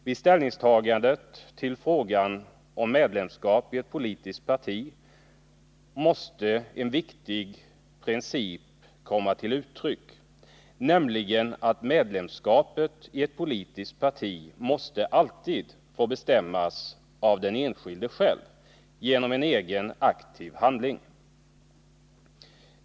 Vid ställningstagandet till frågan om medlemskap i ett politiskt parti måste en viktig princip komma till uttryck, nämligen att medlemskapet i ett politiskt parti alltid måste få bestämmas av den enskilde själv genom egen aktiv handling.